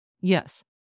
Yes